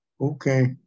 Okay